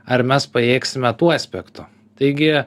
ar mes pajėgsime tuo aspektu taigi